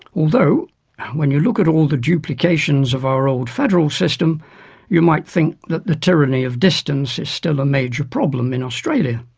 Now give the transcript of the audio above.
although when you look at all the duplications of our old federal system you might think that the tyranny of distance is still a major problem in australia.